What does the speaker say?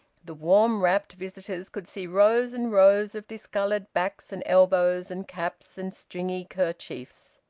the warm-wrapped visitors could see rows and rows of discoloured backs and elbows, and caps, and stringy kerchiefs.